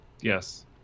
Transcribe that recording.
Yes